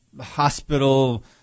hospital